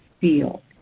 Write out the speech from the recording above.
feel